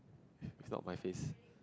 is not my face